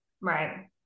Right